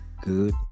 good